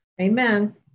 Amen